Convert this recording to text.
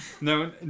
No